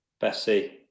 Bessie